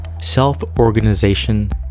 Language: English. self-organization